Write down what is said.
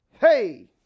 Hey